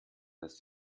dass